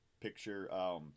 picture